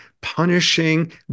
Punishing